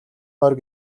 морь